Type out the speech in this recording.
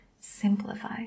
simplify